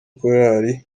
korali